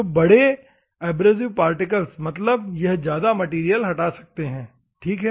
तो बड़े abrasive particles मतलब यह ज्यादा मैटेरियल हटा सकते हैं ठीक है